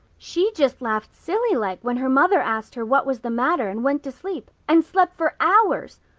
she just laughed silly-like when her mother asked her what was the matter and went to sleep and slept for hours.